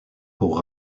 pour